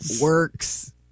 works